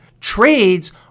Trades